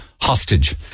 hostage